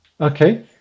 Okay